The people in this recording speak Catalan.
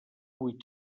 vuit